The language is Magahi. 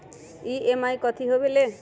ई.एम.आई कथी होवेले?